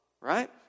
Right